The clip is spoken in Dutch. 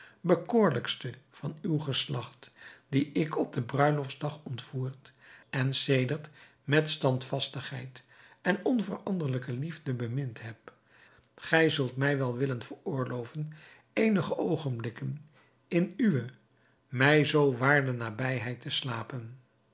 bekoorlijkste van uw geslacht die ik op den bruiloftsdag ontvoerd en sedert met standvastigheid en onveranderlijke liefde bemind heb gij zult mij wel willen veroorloven eenige oogenblikken in uwe mij zoo waarde nabijheid te slapen